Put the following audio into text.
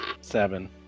Seven